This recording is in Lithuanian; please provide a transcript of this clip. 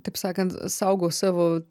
taip sakant saugau savo